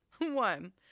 One